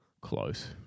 close